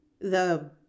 The